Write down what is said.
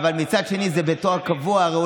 אבל אחרים הצביעו